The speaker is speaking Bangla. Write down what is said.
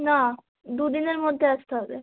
না দুদিনের মধ্যে আসতে হবে